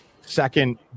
second